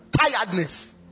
Tiredness